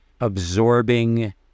absorbing